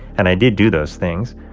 and i did do those things,